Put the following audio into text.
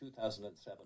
2007